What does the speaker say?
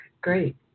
great